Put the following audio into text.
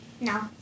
No